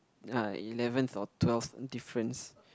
uh eleventh or twelfth difference